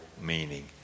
meaning